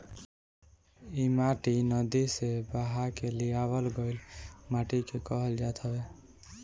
इ माटी नदी से बहा के लियावल गइल माटी के कहल जात हवे